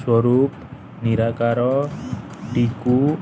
ସ୍ୱରୂପ ନିରାକାର ଟିକୁ